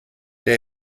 der